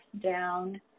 down